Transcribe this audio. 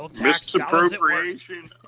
Misappropriation